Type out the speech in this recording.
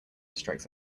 strikes